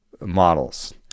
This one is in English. models